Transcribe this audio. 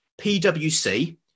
PwC